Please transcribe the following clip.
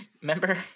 Remember